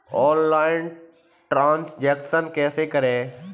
Online transaction कैसे करते हैं?